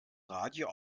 radio